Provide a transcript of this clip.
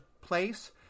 place